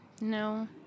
no